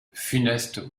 funeste